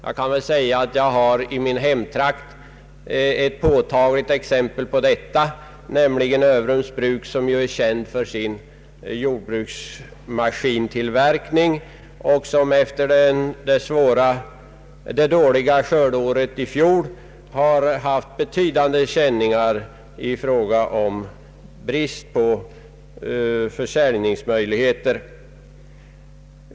Jag har i min hemtrakt ett påtagligt exempel på detta, nämligen Överums bruk som är känt för sin tillverkning av jordbruksmaskiner och som efter det dåliga skördeåret i fjol haft betydande känningar i fråga om brist på försäljningsmöjligheter.